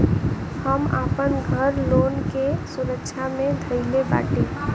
हम आपन घर लोन के सुरक्षा मे धईले बाटी